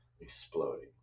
exploding